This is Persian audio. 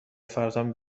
فرزند